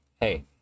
hey